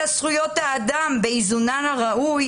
אלא זכויות האדם באיזונן הראוי,